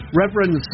Reverend